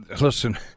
listen